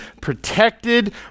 protected